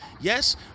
Yes